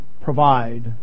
provide